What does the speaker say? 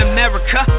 America